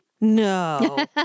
No